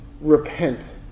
repent